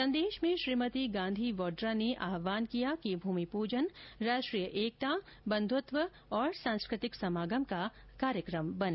संदेश में श्रीमती गांधी वाड्रा ने आहवान किया कि भूमि पूजन राष्ट्रीय एकता बंधुत्व और सांस्कृतिक समागम का कार्यकम बने